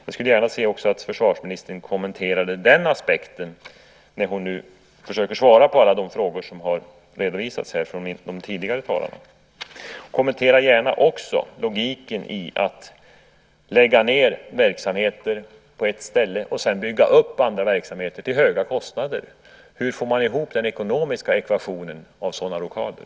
Jag skulle gärna vilja att försvarsministern kommenterade också den aspekten när hon nu försöker svara på alla frågor som redovisats här från tidigare talare. Kommentera också gärna logiken i att lägga ned verksamhet på ett ställe och sedan bygga upp andra verksamheter till höga kostnader. Hur får man ekonomiskt ihop ekvationen när det gäller sådana rockader?